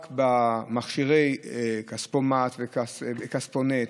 רק במכשירי כספומט וכספונט